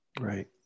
Right